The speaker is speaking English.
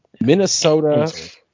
Minnesota